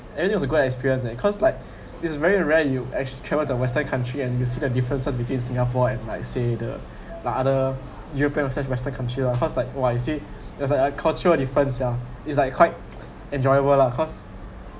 anyway it was a good experience leh cause like it's very rare you act~ travelled to western country and you see the differences between singapore and like say the like other european or said western country lah cause like !wah! you see there is like a cultural difference sia is like quite enjoyable lah cause